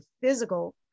physical